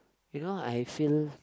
you know I feel